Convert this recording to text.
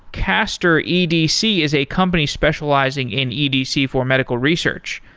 castor edc is a company specializing in edc for medical research.